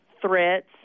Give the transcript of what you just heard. threats